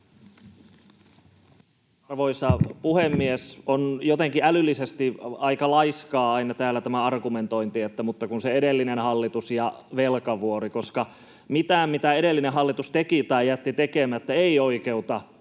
Arvoisa puhemies! On jotenkin älyllisesti aika laiskaa aina täällä tämä argumentointi ”mutta kun se edellinen hallitus ja velkavuori”, koska mikään, mitä edellinen hallitus teki tai jätti tekemättä, ei anna